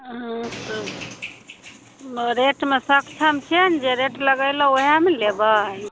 हँ तऽ रेटमे सक्षम छिए ने जे रेट लगेलहुँ वएहमे लेबै